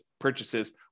purchases